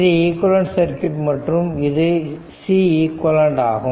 இது equivalent circuit மற்றும் இது Ceq ஆகும்